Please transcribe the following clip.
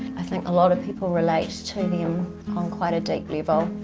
i think a lot of people relate to them on quiet a deep level.